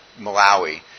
Malawi